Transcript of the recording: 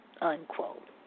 unquote